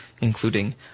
including